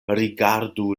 rigardu